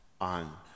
on